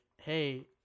Hey